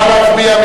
נא להצביע.